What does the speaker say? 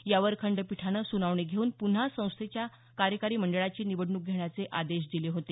यावर खंडपीठाने सुनावणी घेऊन पुन्हा संस्थेच्या कार्यकारी मंडळाची निवडणूक घेण्याचे आदेश दिले होते